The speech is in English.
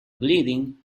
bleeding